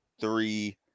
three